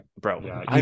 bro